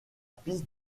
piste